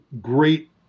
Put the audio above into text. great